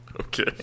Okay